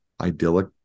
idyllic